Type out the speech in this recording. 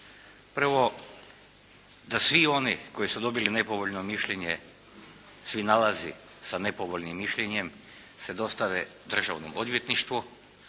Prvo da svi oni koji su dobili nepovoljno mišljenje se nalazi sa nepovoljnim mišljenjem se dostave Državnom odvjetništvu